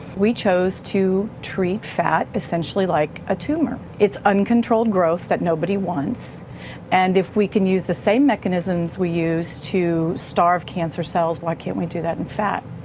we chose to treat fat essentially like a tumour. it's uncontrolled growth that nobody wants and if we can use the same mechanisms we use to starve cancer cells, why can't we do that in fat?